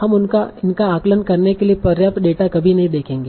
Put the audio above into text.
हम इनका आकलन करने के लिए पर्याप्त डेटा कभी नहीं देखेंगे